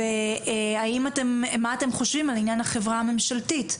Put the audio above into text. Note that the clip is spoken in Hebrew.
ומה אתם חושבים על עניין החברה הממשלתית.